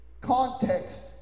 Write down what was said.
Context